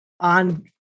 on